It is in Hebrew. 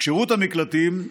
כשירות המקלטים,